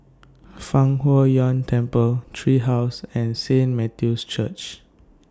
Fang Huo Yuan Temple Tree House and Saint Matthew's Church